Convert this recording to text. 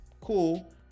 Cool